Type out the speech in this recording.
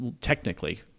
technically